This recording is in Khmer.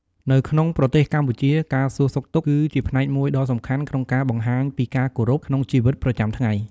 នៅក្នុងប្រទេសកម្ពុជា ការសួរសុខទុក្ខគឺជាផ្នែកមួយដ៏សំខាន់ក្នុងការបង្ហាញពីការគោរពក្នុងជីវិតប្រចាំថ្ងៃ។